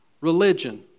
Religion